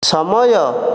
ସମୟ